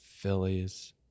Phillies